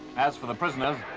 as for the prisoners,